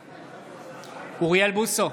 בעד אוריאל בוסו,